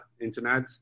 internet